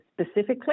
specifically